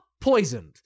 poisoned